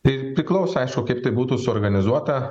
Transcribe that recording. priklauso aišku kaip tai būtų suorganizuota